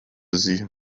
sie